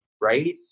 right